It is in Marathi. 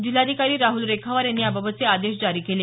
जिल्हाधिकारी राहुल रेखावार यांनी याबाबतचे आदेश जारी केले